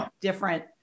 different